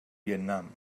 vietnam